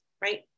right